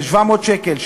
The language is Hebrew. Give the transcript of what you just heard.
של 700 שקל,